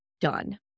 done